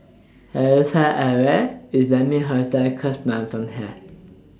How Far away IS Lai Ming Hotel Cosmoland from here